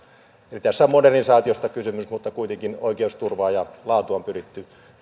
eli tässä on modernisaatiosta kysymys mutta kuitenkin oikeusturvaa ja laatua on pyritty